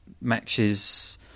matches